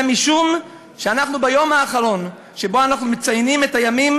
זה משום שאנחנו ביום האחרון שבו אנחנו מציינים את הימים